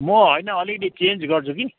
म होइन अलिकति चेन्ज गर्छु कि